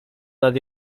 nad